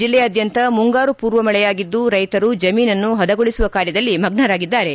ಜಿಲ್ಲೆಯಾದ್ಯಂತ ಮುಂಗಾರು ಪೂರ್ವ ಮಳೆಯಾಗಿದ್ದು ರೈತರು ಜಮೀನನ್ನು ಪದಗೊಳಿಸುವ ಕಾರ್ಯದಲ್ಲಿ ಮಗ್ನರಾಗಿದ್ದಾರೆ